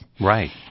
Right